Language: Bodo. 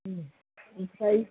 ओमफ्राय